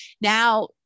Now